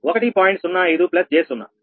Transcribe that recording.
05 j 0